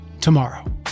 tomorrow